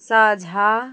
साझा